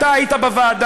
אתה היית בוועדה,